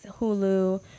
Hulu